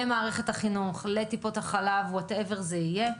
למערכת החינוך, לטיפות החלב או מה שזה לא יהיה.